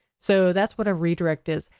so that's what a redirect is.